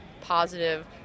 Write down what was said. positive